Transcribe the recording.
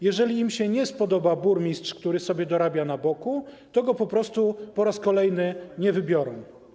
Jeżeli im się nie spodoba burmistrz, który sobie dorabia na boku, to go po prostu po raz kolejny nie wybiorą.